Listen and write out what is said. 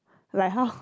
like how